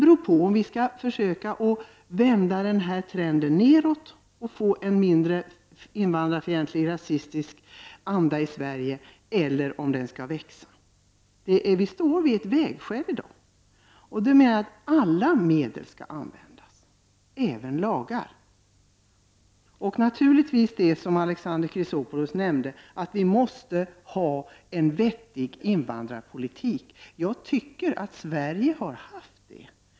Frågan är om vi skall försöka att vända den här trenden och få en mindre invandrarfientlig, mindre rasistisk anda i Sverige eller om den skall få växa. Vi står vid ett vägskäl i dag. Då menar jag att alla medel skall användas, även lagar. Det gäller naturligtvis också det som Alexander Chrisopoulos nämnde, att vi måste ha en vettig invandrarpolitik. Jag tycker att Sverige har haft det.